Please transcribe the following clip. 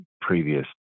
previous